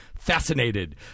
Fascinated